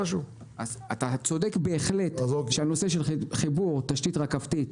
אתה צודק בהחלט שהנושא של חיבור תשתית רכבתית